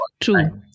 True